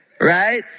right